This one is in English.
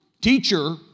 Teacher